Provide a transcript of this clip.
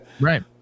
Right